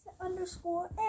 underscore